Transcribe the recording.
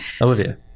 Olivia